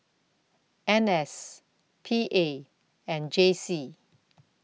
N S P A and J C